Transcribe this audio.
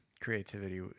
creativity